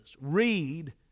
Read